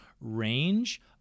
range